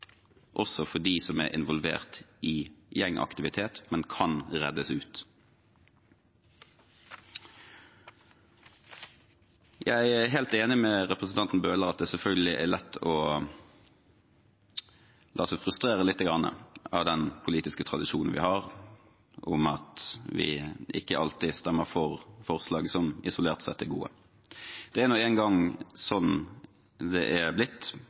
også for dem som er involvert i gjengaktivitet, men som kan reddes ut. Jeg er helt enig med representanten Bøhler i at det selvfølgelig er lett å la seg frustrere litt av den politiske tradisjonen vi har om at vi ikke alltid stemmer for forslag som isolert sett er gode. Det er nå engang sånn det er blitt